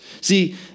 See